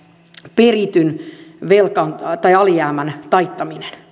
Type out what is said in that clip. perityn alijäämän taittaminen